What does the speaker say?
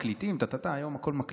מקליטים והכול.